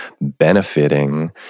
benefiting